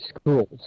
schools